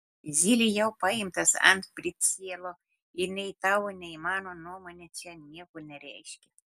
zylė jau paimtas ant pricielo ir nei tavo nei mano nuomonė čia nieko nereiškia